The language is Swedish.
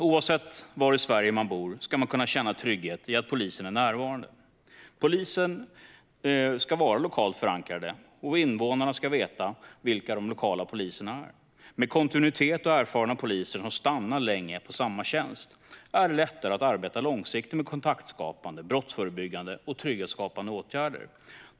Oavsett var i Sverige man bor ska man kunna känna trygghet i att polisen är närvarande. Polisen ska vara lokalt förankrad, och invånarna ska veta vilka de lokala poliserna är. Med kontinuitet och erfarna poliser som stannar länge på samma tjänst är det lättare att arbeta långsiktigt med kontaktskapande, brottsförebyggande och trygghetsskapande åtgärder.